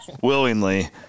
willingly